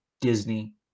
Disney